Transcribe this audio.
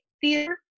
Theater